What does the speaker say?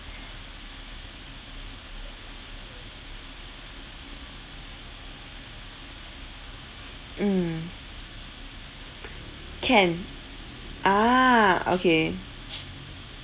mm can ah okay